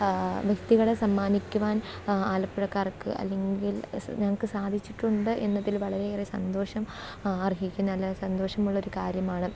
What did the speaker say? വ്യക്തികളെ സമ്മാനിക്കുവാൻ ആലപ്പുഴക്കാർക്ക് അല്ലെങ്കിൽ ഞങ്ങൾക്ക് സാധിച്ചിട്ടുണ്ട് എന്നതിൽ വളരെയേറെ സന്തോഷം അർഹിക്കുന്ന അല്ലെങ്കിൽ സന്തോഷമുള്ളൊരു കാര്യമാണ്